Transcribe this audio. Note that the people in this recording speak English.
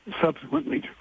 subsequently